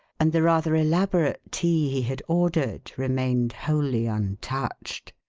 and the rather elaborate tea he had ordered remained wholly untouched.